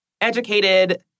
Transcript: educated